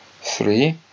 three